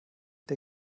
der